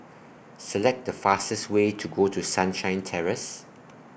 Select The fastest Way to Go to Sunshine Terrace